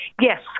Yes